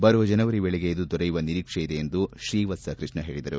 ಬರುವ ಜನವರಿ ವೇಳೆಗೆ ಇದು ದೊರೆಯುವ ನಿರೀಕ್ಷೆ ಇದೆ ಎಂದು ಶ್ರೀವತ್ಸ ಕೃಷ್ಣ ಹೇಳಿದರು